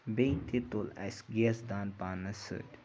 بیٚیہِ تہِ تُل اَسہِ گیس دان پانَس سۭتۍ